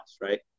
right